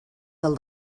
del